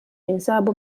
jinsabu